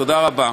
תודה רבה.